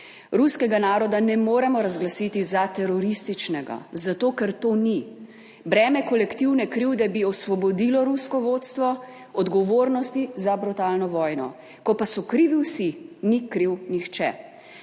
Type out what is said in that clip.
Ruskega naroda ne moremo razglasiti za terorističnega, zato, ker to ni. Breme kolektivne krivde bi osvobodilo rusko vodstvo odgovornosti za brutalno vojno. Ko pa so krivi vsi, ni kriv nihče.